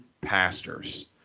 pastors